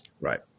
Right